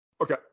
Okay